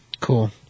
Cool